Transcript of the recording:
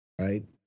Right